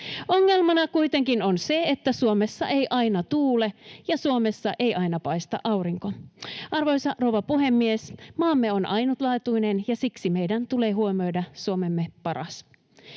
Ongelmana kuitenkin on se, että Suomessa ei aina tuule ja Suomessa ei aina paista aurinko. Arvoisa rouva puhemies! Maamme on ainutlaatuinen, ja siksi meidän tulee huomioida Suomemme paras.